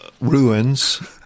ruins